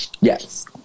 Yes